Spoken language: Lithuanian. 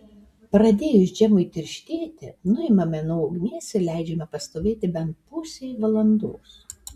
pradėjus džemui tirštėti nuimame nuo ugnies ir leidžiame pastovėti bent pusei valandos